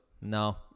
no